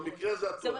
במקרה הזה את טועה.